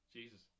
Jesus